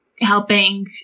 helping